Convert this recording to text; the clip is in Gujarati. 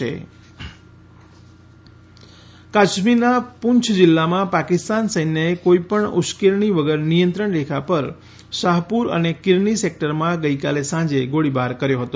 સીઝફાયર કાશ્મીરના પૂંછ જિલલામાં પાકિસ્તાન સૈન્યએ કોઈપણ ઉશકેરણી વગર નિયંત્રણરેખા પર શાહપુર અને કિરની સેક્રટરમાં ગઈકાલે સાંજે ગોળીબારી કર્યો હતો